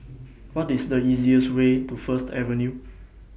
What IS The easiest Way to First Avenue